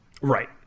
right